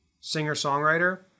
singer-songwriter